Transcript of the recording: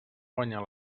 guanyar